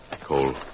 Cole